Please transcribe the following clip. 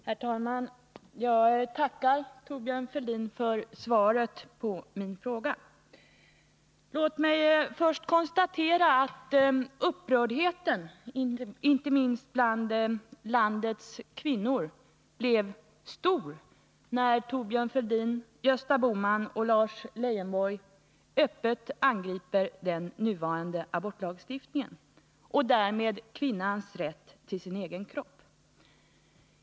Herr talman! Jag tackar Thorbjörn Fälldin för svaret på min fråga. Låt mig först konstatera att upprördheten, inte minst bland landets kvinnor, blev stor när Thorbjörn Fälldin, Gösta Bohman och Lars Leijonborg öppet angrep den nuvarande abortlagstiftningen och därmed kvinnans rätt till sin egen kropp.